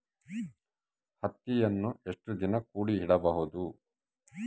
ಹತ್ತಿಯನ್ನು ಎಷ್ಟು ದಿನ ಕೂಡಿ ಇಡಬಹುದು?